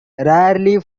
rarely